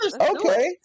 Okay